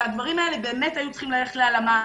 והדברים האלה באמת היו צריכים ללכת להלאמה.